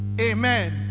Amen